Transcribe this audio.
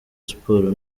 sports